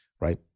right